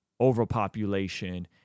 overpopulation